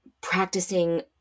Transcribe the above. practicing